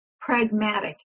pragmatic